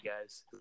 guys